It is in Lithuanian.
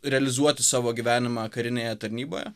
realizuoti savo gyvenimą karinėje tarnyboje